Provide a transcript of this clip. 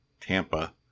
tampa